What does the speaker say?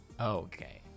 Okay